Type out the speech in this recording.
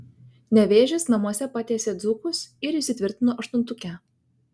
nevėžis namuose patiesė dzūkus ir įsitvirtino aštuntuke